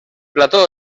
plató